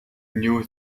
new